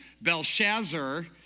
Belshazzar